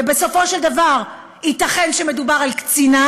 ובסופו של דבר ייתכן שמדובר על קצינה